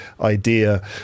idea